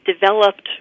developed